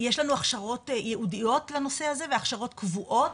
יש לנו הכשרות ייעודיות לנושא הזה והכשרות קבועות,